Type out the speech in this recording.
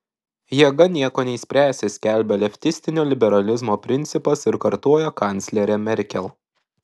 jėga nieko neišspręsi skelbia leftistinio liberalizmo principas ir kartoja kanclerė merkel